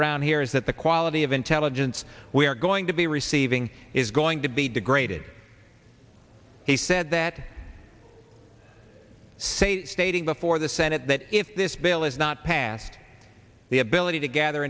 around here is that the quality of intelligence we are going to be receiving is going to be degraded he said that say stating before the senate that if this bill is not passed the ability to gather